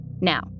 Now